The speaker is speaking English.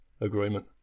agreement